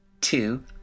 two